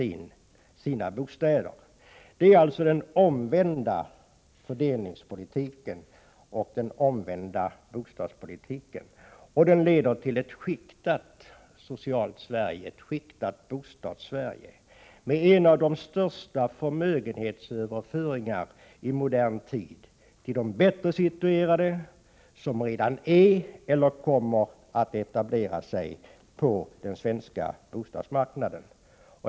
Detta är alltså den omvända fördelningspolitiken och den omvända bostadspolitiken. Den leder till ett socialt skiktat Sverige, ett skiktat Bostadssverige, med en av de största förmögenhetsöverföringarna i modern tid till de bättre situerade som redan är etablerade — eller kommer att etablera sig — på den svenska bostadsmarknaden.